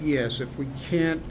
yes if we can't